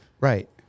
Right